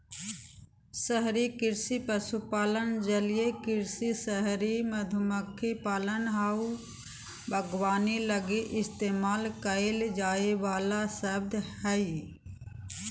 शहरी कृषि पशुपालन, जलीय कृषि, शहरी मधुमक्खी पालन आऊ बागवानी लगी इस्तेमाल कईल जाइ वाला शब्द हइ